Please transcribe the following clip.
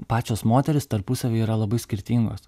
pačios moterys tarpusavyje yra labai skirtingos